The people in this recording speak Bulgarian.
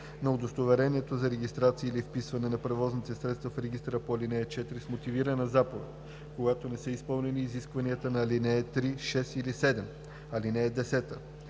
на удостоверение за регистрация или вписване на превозни средства в регистъра по ал. 4 с мотивирана заповед, когато не са изпълнени изискванията на ал. 3, 6 или 7. (10)